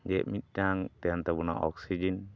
ᱡᱮ ᱢᱤᱫᱴᱟᱝ ᱛᱟᱦᱮᱱ ᱛᱟᱵᱚᱱᱟ ᱚᱠᱥᱤᱡᱮᱱ